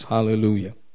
Hallelujah